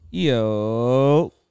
Yo